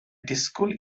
disgwyl